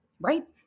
Right